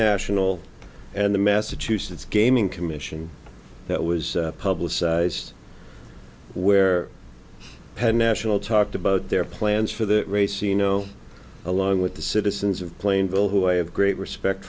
national and the massachusetts gaming commission that was publicized where penn national talked about their plans for the race you know along with the citizens of plainville who i have great respect